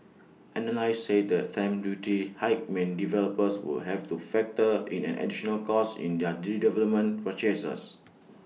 analysts said the stamp duty hike meant developers would have to factor in an additional cost in their redevelopment purchases